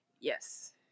Yes